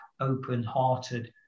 open-hearted